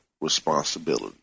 responsibility